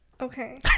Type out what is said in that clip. okay